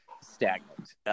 stagnant